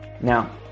now